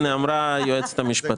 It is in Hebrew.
הנה, אמרה היועצת המשפטית.